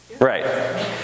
Right